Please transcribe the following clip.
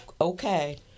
Okay